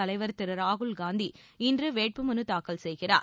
தலைவர் ராகுல் காந்தி இன்று வேட்புமனு தாக்கல் செய்கிறார்